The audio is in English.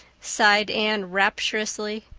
sighed anne rapturously.